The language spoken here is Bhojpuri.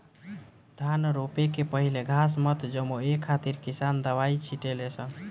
धान रोपे के पहिले घास मत जामो ए खातिर किसान दवाई छिटे ले सन